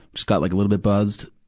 just got like a little bit buzzed.